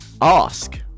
Ask